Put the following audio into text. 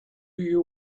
you